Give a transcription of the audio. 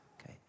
okay